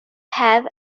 have